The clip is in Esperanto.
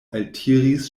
altiris